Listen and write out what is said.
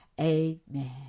Amen